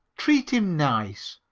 treat him nice.